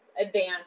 advanced